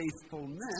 faithfulness